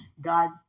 God